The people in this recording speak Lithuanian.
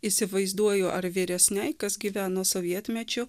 įsivaizduoju ar vyresnei kas gyveno sovietmečiu